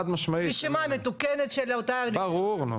רשימה מתוקנת --- ברור.